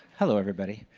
hello, everybody.